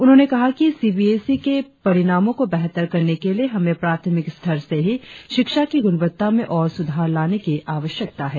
उन्होंने कहा कि सी बी एस ई के परिणामो को बेहतर करने के लिए हमें प्राथमिक स्तर से ही शिक्षा की ग्रणवत्ता में ओर सुधार लाने की आवश्यकता है